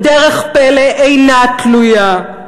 בדרך פלא אינה תלויה.